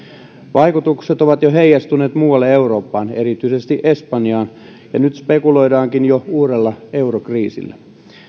vaikutukset ovat jo heijastuneet muualle eurooppaan erityisesti espanjaan ja nyt spekuloidaankin jo uudella eurokriisillä